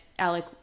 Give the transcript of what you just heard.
Alec